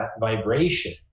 vibration